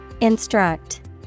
Instruct